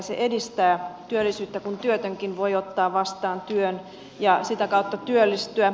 se edistää työllisyyttä kun työtönkin voi ottaa vastaan työn ja sitä kautta työllistyä